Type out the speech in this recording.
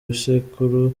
ibisekuru